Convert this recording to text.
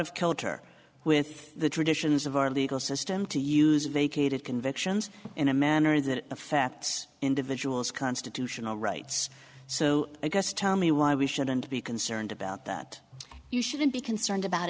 of kilter with the traditions of our legal system to use vacated convictions in a manner that affects individual's constitutional rights so i guess tell me why we shouldn't be concerned about that you shouldn't be concerned about